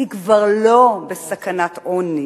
היא כבר לא בסכנת עוני.